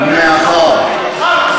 אפילו בנצרת לא רצו אותה,